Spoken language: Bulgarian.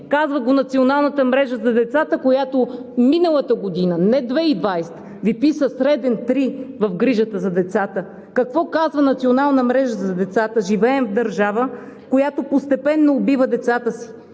казва го Националната мрежа за децата, която миналата година Ви писа среден 3 за грижата за децата! Какво казва Националната мрежа за децата – живеем в държава, която постепенно убива децата си;